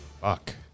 Fuck